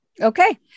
Okay